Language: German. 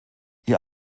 ihr